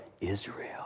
Israel